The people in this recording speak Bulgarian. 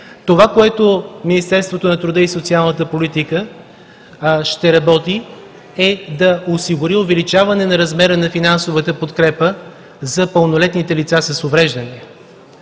Това, по което Министерството на труда и социалната политика ще работи, е да осигури увеличаване размера на финансовата подкрепа за пълнолетните лица с увреждане.